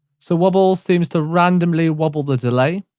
so wobble seems to randomly wobble the delay.